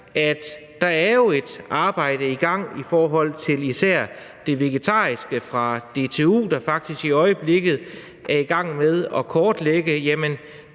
at der er et arbejde i gang i forhold til især det vegetariske på DTU, der faktisk i øjeblikket er i gang med at kortlægge,